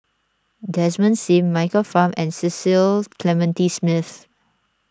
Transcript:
Desmond Sim Michael Fam and Cecil Clementi Smith